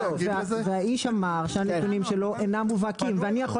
והאיש אמר שהנתונים שלו אינם מובהקים ואני יכול